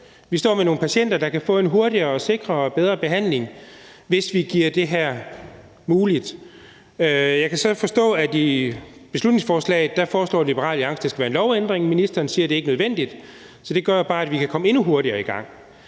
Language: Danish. Vi står med nogle patienter, der kan få en hurtigere, sikrere og bedre behandling, hvis vi gør det her muligt. Jeg kan så forstå, at Liberal Alliance i beslutningsforslaget foreslår, at det skal være en lovændring, men at ministeren siger, at det ikke er nødvendigt. Så det gør jo bare, at vi kan komme endnu hurtigere i gang.